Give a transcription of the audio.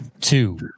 two